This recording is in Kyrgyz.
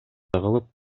кылып